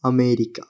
America